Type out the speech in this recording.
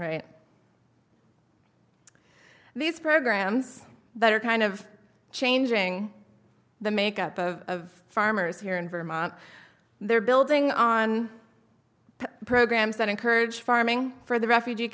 right these programs that are kind of changing the make up of farmers here in vermont they're building on programs that encourage farming for the refugee